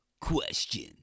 question